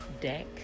Deck